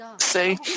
say